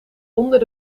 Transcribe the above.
onder